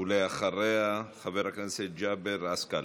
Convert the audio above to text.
אחריה, חבר הכנסת ג'אבר עסקאלה.